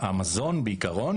המזון בעיקרון